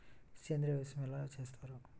సేంద్రీయ వ్యవసాయం ఎలా చేస్తారు?